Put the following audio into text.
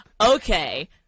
okay